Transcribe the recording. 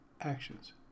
actions